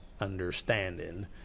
understanding